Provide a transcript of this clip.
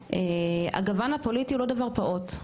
הגוון הפוליטי הוא לא דבר פעוט,